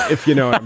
if you know